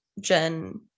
Jen